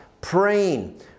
Praying